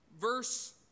verse